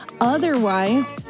Otherwise